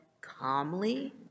calmly